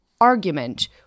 argument